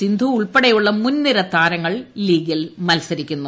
സിന്ധു ഉൾപ്പെടെയുള്ള മുൻനിര താരങ്ങൾ ലീഗിൽ മത്സരിക്കുന്നു